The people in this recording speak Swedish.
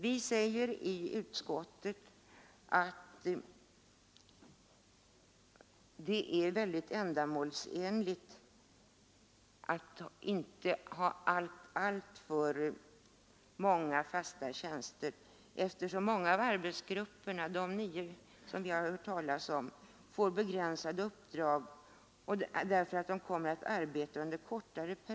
Vi säger i utskottsbetänkandet att det är ändamålsenligt att inte ha alltför många fasta tjänster, eftersom många av arbetsgrupperna — de nio som vi har hört talas om — får begränsade uppdrag och kommer att arbeta under kortare tid.